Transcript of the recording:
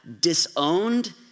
disowned